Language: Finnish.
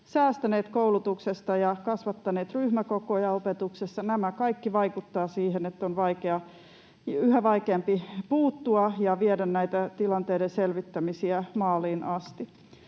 säästäneet koulutuksesta ja kasvattaneet ryhmäkokoja opetuksessa. Tämä kaikki vaikuttaa siihen, että on yhä vaikeampi puuttua ja viedä näitä tilanteiden selvittämisiä maaliin asti.